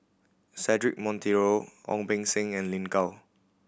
Cedric Monteiro Ong Beng Seng and Lin Gao